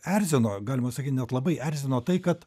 erzino galima sakyt net labai erzino tai kad